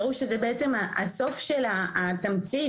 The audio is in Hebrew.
הסוף של התמצית,